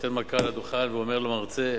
נותן מכה על הדוכן ואומר למרצה,